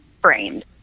framed